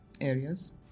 areas